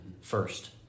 first